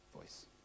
voice